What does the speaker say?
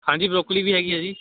ਹਾਂਜੀ ਬਰੋਕਲੀ ਵੀ ਹੈਗੀ ਆ ਜੀ